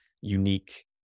unique